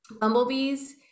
Bumblebees